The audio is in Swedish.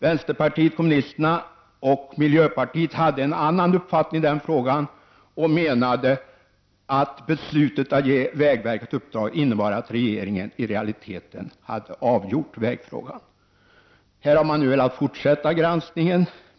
Vänsterpartiet kommunisterna och miljöpartiet hade en annan uppfattning i den frågan. Man menade att beslutet att ge vägverket nämnda uppdrag innebar att regeringen i realiteten hade avgjort vägfrågan. Här har man velat ha en fortsatt granskning.